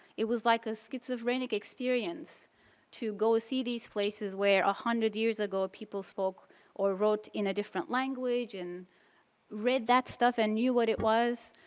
it was like a schizophrenic experience to go see these places where a hundred years ago people spoke or wrote in a different language and read that stuff and knew what was.